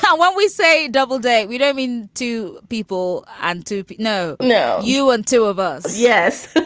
when we say. double date. we don't mean two people and two. no, no. you and two of us yes.